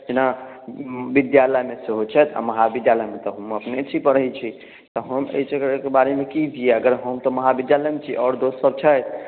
जेना विद्यालयमे सेहो छथि आ महाविद्यालयमे तऽ हम अपने छी पढ़ैत छी तऽ हम एहिसभके बारेमे की दियै हम तऽ महाविद्यालयमे छी आओर दोस्तसभ छथि